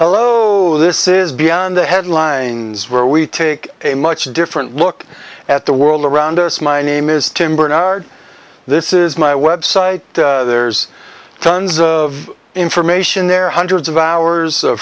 hello this is beyond the headlines where we take a much different look at the world around us my name is tim bernard this is my web site there's tons of information there hundreds of hours